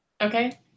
Okay